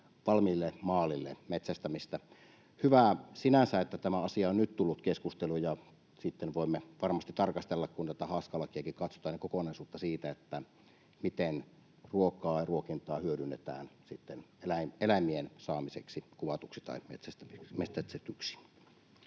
valmiille maalille metsästämistä. Hyvä sinänsä, että tämä asia on nyt tullut keskusteluun. Sitten voimme varmasti tarkastella, kun tätä haaskalakiakin katsotaan, kokonaisuutta siitä, miten ruokaa ja ruokintaa hyödynnetään eläimien saamiseksi kuvatuiksi tai metsästetyiksi.